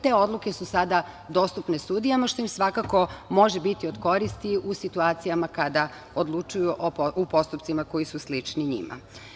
Te odluke su sada dostupne sudijama, što im svakako može biti od koristi u situacijama kada odlučuju u postupcima koji su slični njima.